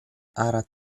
arat